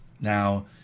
Now